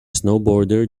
snowboarder